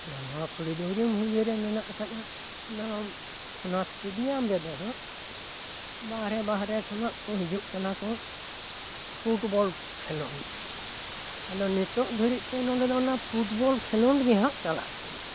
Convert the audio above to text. ᱟᱫᱚ ᱱᱚᱣᱟ ᱠᱷᱩᱲᱤ ᱰᱩᱝᱨᱤ ᱢᱩᱦᱡᱟᱹᱨᱮ ᱢᱮᱱᱟᱜ ᱠᱟᱫᱟ ᱚᱱᱟ ᱚᱱᱟ ᱥᱴᱮᱰᱤᱭᱟᱢ ᱨᱮᱫᱚ ᱦᱟᱸᱜ ᱵᱟᱦᱨᱮ ᱵᱟᱦᱨᱮ ᱠᱷᱚᱱᱟᱜ ᱠᱚ ᱦᱤᱡᱩᱜ ᱠᱟᱱᱟ ᱠᱚ ᱯᱷᱩᱴᱵᱚᱞ ᱠᱷᱮᱞᱳᱸᱰ ᱟᱫᱚ ᱱᱤᱛᱚᱜ ᱫᱷᱟᱨᱤᱡ ᱛᱮ ᱱᱚᱰᱮ ᱫᱚ ᱚᱱᱟ ᱯᱷᱩᱴᱵᱚᱞ ᱠᱷᱮᱞᱳᱸᱰ ᱜᱮ ᱦᱟᱸᱜ ᱪᱟᱞᱟᱜ ᱠᱟᱱᱟ